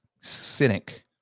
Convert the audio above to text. cynic